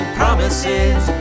promises